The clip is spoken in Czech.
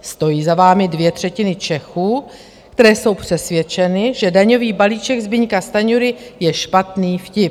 Stojí za vámi dvě třetiny Čechů, které jsou přesvědčeny, že daňový balíček Zbyňka Stanjury je špatný vtip.